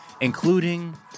including